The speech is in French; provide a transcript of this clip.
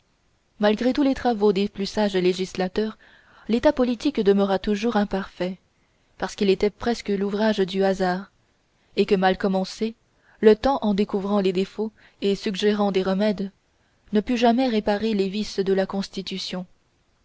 malgré tous les travaux des plus sages législateurs l'état politique demeura toujours imparfait parce qu'il était presque l'ouvrage du hasard et que mal commencé le temps en découvrant les défauts et suggérant des remèdes ne put jamais réparer les vices de la constitution